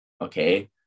okay